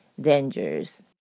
dangers